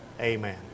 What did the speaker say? Amen